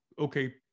okay